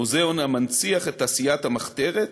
מוזיאון המנציח את עשיית המחתרת,